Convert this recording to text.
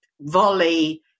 volley